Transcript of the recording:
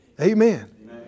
Amen